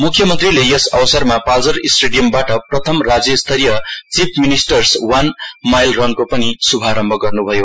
मुख्यमन्त्रीले यस अवसरमा पालजर स्टेडियमबाट प्रथम राज्य स्तरीय चिफ मिनिस्टर्स वान माइल रनको पनि शुभारम्भ गर्नुभयो